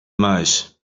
muis